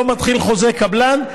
לא מתחיל חוזה קבלן,